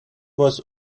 was